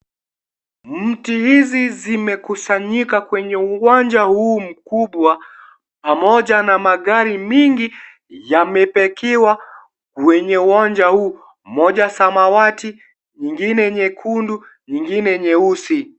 Mti hizi zimekusanyika kwenye uwanja huu mkubwa pamoja na magari mingi yamepakiwa kwenye uwanja huu. Moja samawati. nyingine nyekundu, nyingine nyeusi.